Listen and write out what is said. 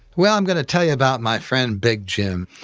well, i'm going to tell you about my friend big jim.